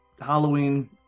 Halloween